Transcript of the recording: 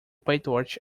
pytorch